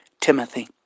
Timothy